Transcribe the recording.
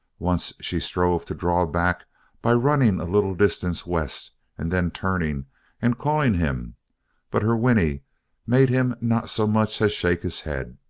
once she strove to draw back by running a little distance west and then turning and calling him but her whinny made him not so much as shake his head.